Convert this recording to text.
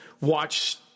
watch